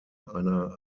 einer